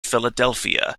philadelphia